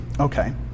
Okay